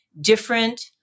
different